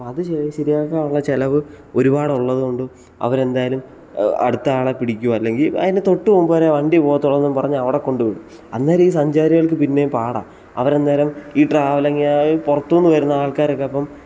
അപ്പം അത് ശരിയാക്കാനുള്ള ചിലവ് ഒരുപാടുള്ളത് കൊണ്ടും അവരെന്തായാലും അടുത്തയാളെ പിടിക്കുകയോ അല്ലെങ്കിൽ അതിന് തൊട്ട് മുൻപ് വരെ വണ്ടി പോവത്തുള്ളൂ എന്ന് പറഞ്ഞ് അവിടെ കൊണ്ട് വിടും അന്നേരം ഈ സഞ്ചാരികൾക്ക് പിന്നെയും പാടാണ് അവരന്നേരം ഈ ട്രാവലിങിനായി പുറത്തുനിന്ന് വരുന്ന ആൾക്കാരൊക്കെയപ്പം